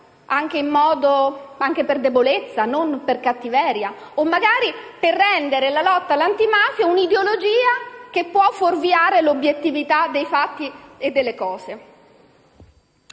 anche per debolezza e non per cattiveria, o magari per rendere la lotta alla mafia un'ideologia che possa fuorviare l'obiettività dei fatti e delle cose.